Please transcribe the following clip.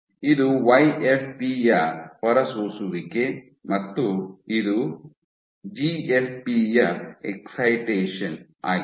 ಇದು Y F P ಯ ಹೊರಸೂಸುವಿಕೆ ಮತ್ತು ಇದು ಜಿ ಎಫ್ ಪಿ ಯ ಎಕ್ಸೈಟೆಷನ್ ಆಗಿದೆ